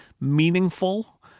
meaningful